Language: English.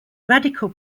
radical